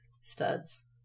studs